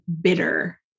bitter